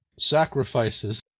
Sacrifices